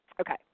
Okay